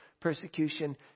persecution